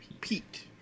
Pete